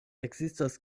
ekzistas